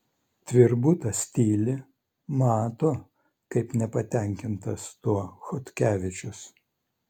tvirbutas tyli mato kaip nepatenkintas tuo chodkevičius